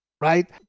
right